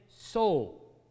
soul